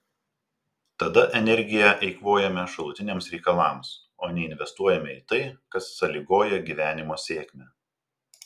tada energiją eikvojame šalutiniams reikalams o neinvestuojame į tai kas sąlygoja gyvenimo sėkmę